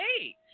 Hey